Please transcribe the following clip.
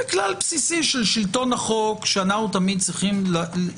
זה כלל בסיסי של שלטון החוק שעלינו תמיד לחתור